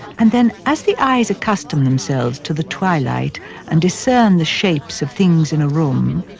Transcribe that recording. and then as the eyes accustom themselves to the twilight and discern the shapes of things in a room,